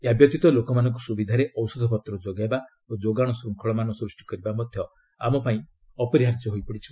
ଏହାବ୍ୟତୀତ ଲୋକମାନଙ୍କୁ ସୁବିଧାରେ ଔଷଧପତ୍ର ଯୋଗାଇବା ଓ ଯୋଗାଣ ଶୃଙ୍ଖଳମାନ ସୃଷ୍ଟି କରିବା ମଧ୍ୟ ଆମ ପାଇଁ ଅପରିହାର୍ଯ୍ୟ ହୋଇପଡିଛି